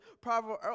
proverb